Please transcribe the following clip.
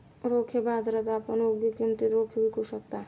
रोखे बाजारात आपण योग्य किमतीला रोखे विकू शकता